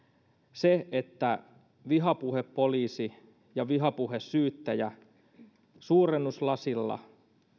se että vihapuhepoliisi ja vihapuhesyyttäjä suurennuslasilla